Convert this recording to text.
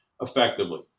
effectively